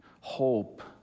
hope